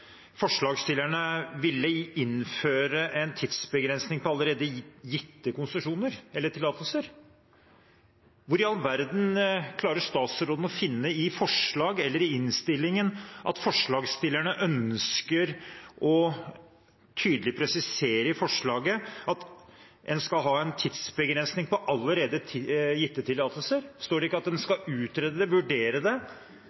forslagsstillerne ville innføre en tidsbegrensning på allerede gitte tillatelser. Hvor i all verden klarer statsråden å finne – i forslagene eller i innstillingen – at forslagsstillerne i forslaget tydelig presiserer at en skal ha en tidsbegrensning på allerede gitte tillatelser? Står det ikke at en skal utrede det